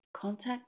contact